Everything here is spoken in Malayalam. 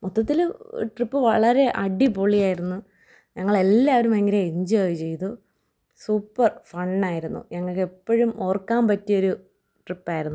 മൊത്തത്തില് ട്രിപ്പ് വളരെ അടിപൊളി ആയിരുന്നു ഞങ്ങളെല്ലാരും ഭയങ്കര എൻജോയ് ചെയ്തു സൂപ്പർ ഫൺ ആയിരുന്നു ഞങ്ങൾക്ക് എപ്പോഴും ഓർക്കാന് പറ്റിയ ഒരു ട്രിപ്പായിരുന്നു